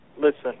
Listen